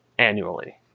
Annually